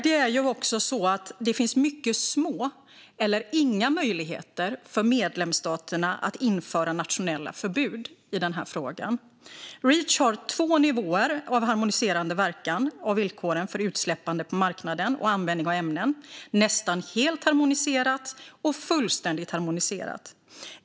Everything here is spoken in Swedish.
Det är också så att det finns mycket små eller inga möjligheter för medlemsstaterna att införa nationella förbud i den här frågan. Reach har två nivåer av harmoniserande verkan av villkoren för utsläppande på marknaden och användning av ämnen: nästan helt harmoniserat och fullständigt harmoniserat.